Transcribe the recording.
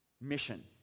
mission